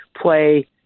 play